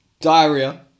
diarrhea